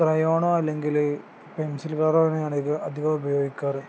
ക്രയോണോ അല്ലെങ്കിൽ പെൻസിൽ കളറോ ആണ് ഞാൻ അധികവും ഉപയോഗിക്കാറ്